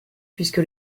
puisque